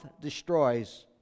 destroys